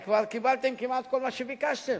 הרי כבר קיבלתם כמעט כל מה שביקשתם.